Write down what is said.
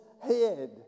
head